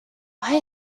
why